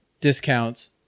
discounts